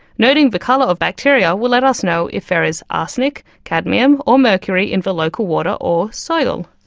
noting the colour of bacteria will let us know if there is arsenic, cadmium or mercury in the local water or soil.